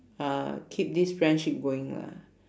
uh keep this friendship going lah